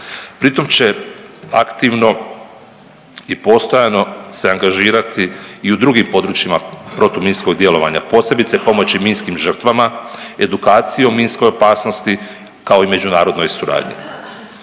Pritom će aktivno i postojano se angažirati i u drugim područjima protuminskog djelovanja, posebice pomoći minskim žrtvama, edukacijom minske opasnosti kao i međunarodnoj suradnji.